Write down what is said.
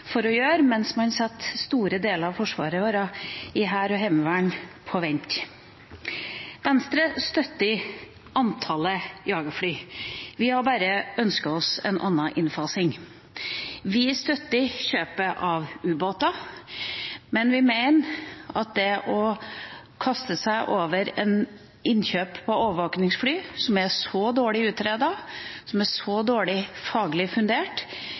for å gjøre, mens man setter store deler av forsvaret vårt i hær og heimevern på vent. Venstre støtter antallet jagerfly, vi har bare ønsket oss en annen innfasing. Vi støtter kjøpet av ubåter, men å kaste seg over et innkjøp av overvåkningsfly, som er så dårlig utredet, som er så dårlig faglig fundert,